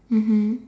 mmhmm